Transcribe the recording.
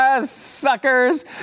Suckers